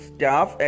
Staff